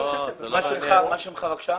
גלעד,